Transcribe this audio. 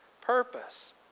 purpose